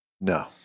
No